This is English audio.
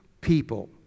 people